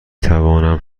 توانم